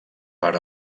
per